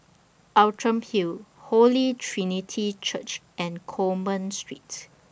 Outram Hill Holy Trinity Church and Coleman Street